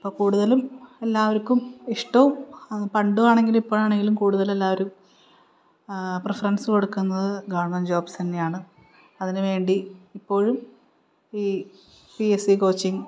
ഇപ്പോൾ കൂടുതലും എല്ലാവർക്കും ഇഷ്ടവും അത് പണ്ടാണെങ്കിലും ഇപ്പോഴാണെങ്കിലും കൂടുതൽ എല്ലാവരും പ്രിഫറൻസ് കൊടുക്കുന്നത് ഗവൺമെൻ്റ് ജോബ്സ് തന്നെയാണ് അതിനുവേണ്ടി ഇപ്പോഴും ഈ പി എസ് സി കോച്ചിങ്ങ്